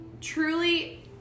truly